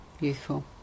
Beautiful